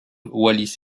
wallis